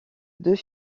deux